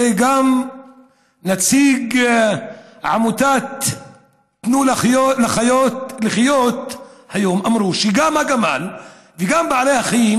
הרי גם נציג עמותת תנו לחיות לחיות היום אמר שגם הגמל וגם בעלי החיים